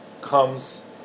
comes